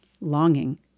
longing